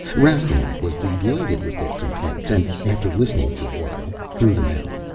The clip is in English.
rastignac was delighted with their complaints, and, after listening for a while, threw them out.